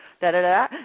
da-da-da